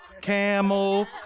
camel